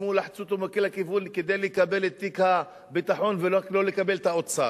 לחצו אותו מכל כיוון לקבל את תיק הביטחון ולא לקבל את האוצר?